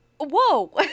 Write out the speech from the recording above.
Whoa